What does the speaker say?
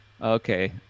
Okay